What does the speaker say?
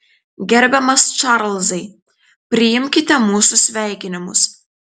gerbiamas čarlzai priimkite mūsų sveikinimus